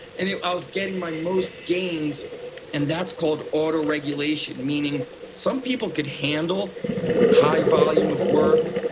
and it ah was getting my most gains and that's called auto regulation, meaning some people can handle high volume of work,